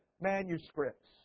manuscripts